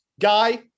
Guy